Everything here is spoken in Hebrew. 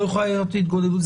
לא יכולה להיות התגודדות.